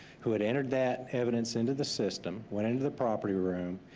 who had entered that evidence into the system, went into the property room,